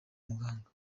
muganga